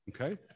Okay